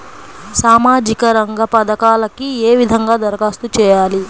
సామాజిక రంగ పథకాలకీ ఏ విధంగా ధరఖాస్తు చేయాలి?